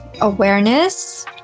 awareness